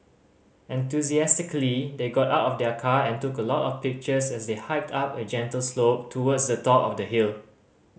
enthusiastically they got out of their car and took a lot of pictures as they hiked up a gentle slope towards the top of the hill